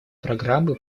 программы